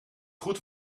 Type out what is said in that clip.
goed